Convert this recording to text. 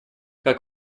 как